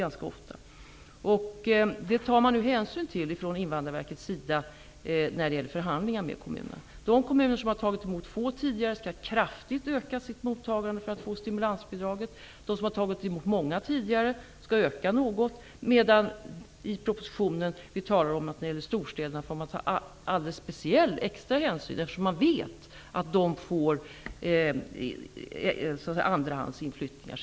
Invandrarverket tar nu hänsyn till detta i förhandlingarna med kommunerna. De kommuner som har tagit emot få flyktingar tidigare skall kraftigt öka sitt mottagande för att få stimulansbidraget. De som tidigare har tagit emot många skall öka något, men när det gäller storstäderna talar vi i propositionen om att vi måste ta speciell hänsyn, eftersom vi vet att de senare får andrahandsinflyttningar.